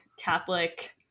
Catholic